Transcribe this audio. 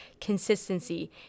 consistency